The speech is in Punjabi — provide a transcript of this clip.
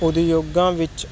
ਉਦਯੋਗਾਂ ਵਿੱਚ